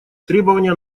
требования